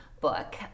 book